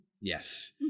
Yes